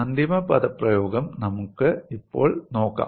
അന്തിമ പദപ്രയോഗം നമുക്ക് ഇപ്പോൾ നോക്കാം